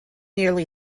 nearly